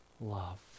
love